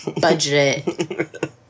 budget